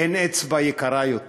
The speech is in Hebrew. אין אצבע יקרה יותר